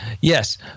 Yes